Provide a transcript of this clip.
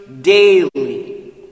daily